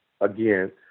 again